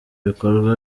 bikorwa